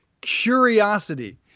Curiosity